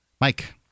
Mike